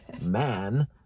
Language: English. man